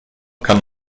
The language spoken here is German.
kann